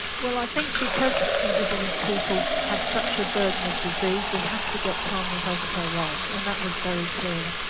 well i think because indigenous people have such a burden of disease we have to get primary health care right and that was very clear.